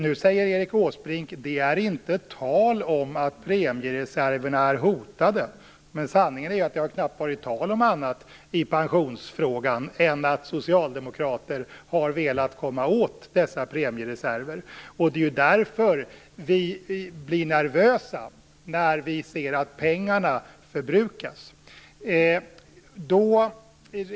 Nu säger Erik Åsbrink att det inte är tal om att premiereserverna är hotade. Sanningen är att det i pensionsfrågan knappt har varit tal om annat än att socialdemokrater har velat komma åt dessa premiereserver. Det är därför vi blir nervösa när vi ser att pengarna förbrukas.